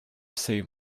save